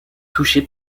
touché